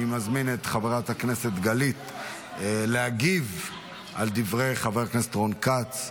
אני מזמין את חברת הכנסת גלית להגיב על דברי חבר הכנסת רון כץ.